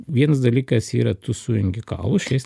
vienas dalykas yra tu sujungi kaulus šiais